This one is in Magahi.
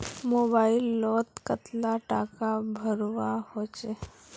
मोबाईल लोत कतला टाका भरवा होचे?